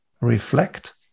reflect